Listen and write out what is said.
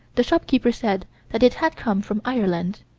the shopkeeper said that it had come from ireland.